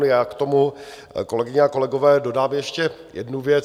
Já k tomu, kolegyně a kolegové, dodám ještě jednu věc.